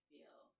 feel